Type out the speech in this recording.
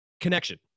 connection